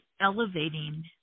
elevating